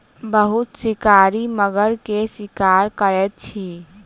बहुत शिकारी मगर के शिकार करैत अछि